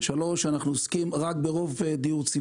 דבר שלישי, אנחנו עוסקים רק בדיור ציבורי.